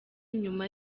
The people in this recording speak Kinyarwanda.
nyuma